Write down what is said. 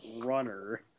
runner